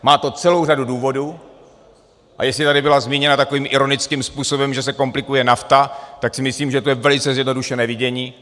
Má to celou řadu důvodů, a jestli tady bylo zmíněno takovým ironickým způsobem, že se komplikuje NAFTA, tak si myslím, že to je velice zjednodušené vidění.